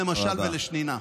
למשל ולשנינה.